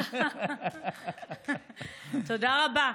תודה רבה.